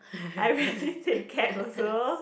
I rarely take cab also